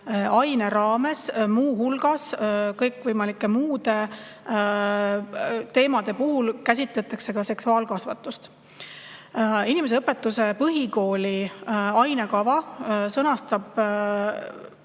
aine raames muu hulgas kõikvõimalike muude teemade kõrval käsitletakse ka seksuaalkasvatust. Inimeseõpetuse põhikooli ainekava sõnastab